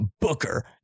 Booker